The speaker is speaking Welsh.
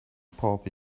pob